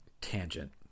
tangent